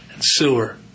sewer